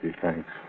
thanks